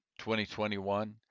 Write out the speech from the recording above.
2021